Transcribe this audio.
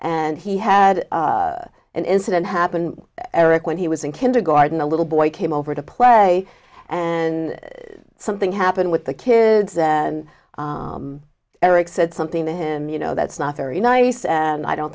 and he had an incident happen eric when he was in kindergarten a little boy came over to play and something happened with the kids and eric said something to him you know that's not very nice and i don't